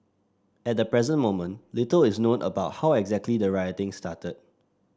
at the present moment little is known about how exactly the rioting started